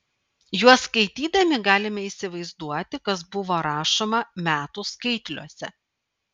juos skaitydami galime įsivaizduoti kas buvo rašoma metų skaitliuose